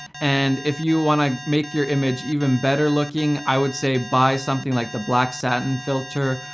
and if you wanna make your image even better-looking, i would say buy something like the black satin filter,